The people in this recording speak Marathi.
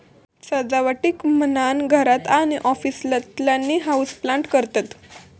सजावटीक म्हणान घरात आणि ऑफिसातल्यानी हाऊसप्लांट करतत